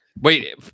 Wait